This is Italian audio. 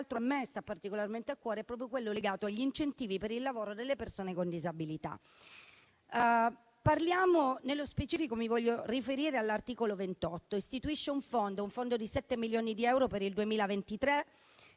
a me sta particolarmente a cuore, è quello legato agli incentivi per il lavoro delle persone con disabilità. Mi riferisco nello specifico all'articolo 28, che istituisce un fondo di 7 milioni di euro per il 2023,